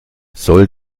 soll